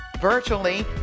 virtually